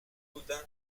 gaudin